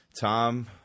Tom